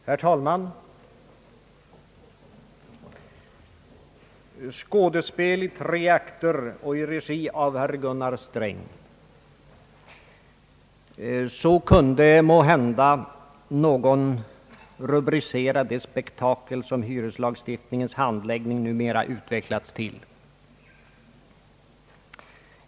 Herr talman! Skådespel i tre akter i regi av herr Gunnar Sträng — så kunde måhända någon rubricera det spektakel som hyreslagstiftningens handläggning numera utvecklats till.